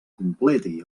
completi